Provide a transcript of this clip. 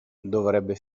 dovrebbe